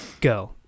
go